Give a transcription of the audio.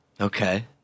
Okay